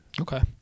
Okay